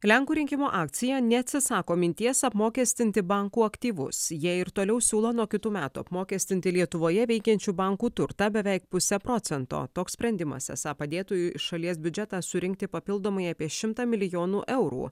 lenkų rinkimų akcija neatsisako minties apmokestinti bankų aktyvus jie ir toliau siūlo nuo kitų metų apmokestinti lietuvoje veikiančių bankų turtą beveik pusę procento toks sprendimas esą padėtų į šalies biudžetą surinkti papildomai apie šimtą milijonų eurų